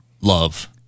love